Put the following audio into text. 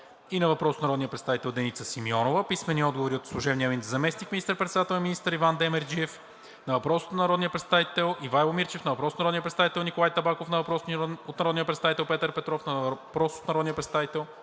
на въпрос от народния представител Деница Симеонова; – писмени отговори от служебния заместник министър председател и министър Иван Демерджиев на въпрос от народния представител Ивайло Мирчев; на въпрос от народния представител Николай Табаков; на въпрос от народния представител Петър Петров; на въпрос от народните представители